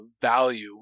value